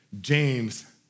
James